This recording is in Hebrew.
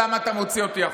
למה אתה מוציא אותי החוצה?